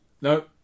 No